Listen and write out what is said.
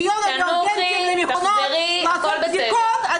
שיהיו ריאגנטים למכונות לעשות בדיקות,